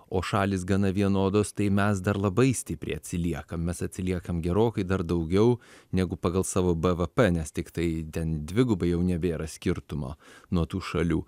o šalys gana vienodos tai mes dar labai stipriai atsiliekam mes atsiliekam gerokai dar daugiau negu pagal savo bvp nes tiktai ten dvigubai jau nebėra skirtumo nuo tų šalių